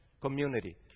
community